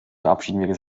verabschieden